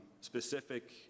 specific